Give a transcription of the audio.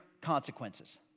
consequences